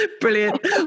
Brilliant